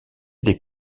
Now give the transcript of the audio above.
des